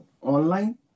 online